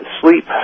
Sleep